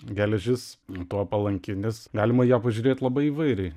geležis tuo palanki nes galima į ją pažiūrėt labai įvairiai